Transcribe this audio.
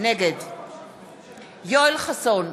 נגד יואל חסון,